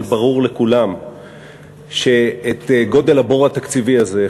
אבל ברור לכולם שאת גודל הבור התקציבי הזה,